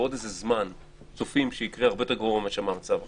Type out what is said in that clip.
ובעוד זמן מה צופים שיקרה הרבה יותר גרוע מאשר המצב עכשיו,